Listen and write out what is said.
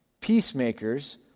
Peacemakers